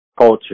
culture